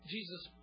Jesus